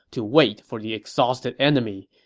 to wait for the exhausted enemy.